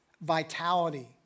vitality